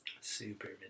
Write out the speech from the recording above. super